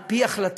על פי החלטתה,